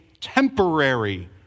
temporary